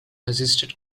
assisted